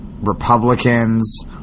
Republicans